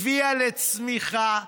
הביאה לצמיחה.